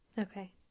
Okay